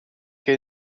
che